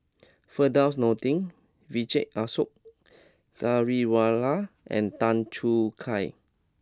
Firdaus Nordin Vijesh Ashok Ghariwala and Tan Choo Kai